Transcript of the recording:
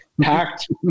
packed